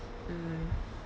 mm